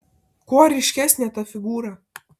kuo ryškesnė ta figūra